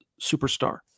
superstar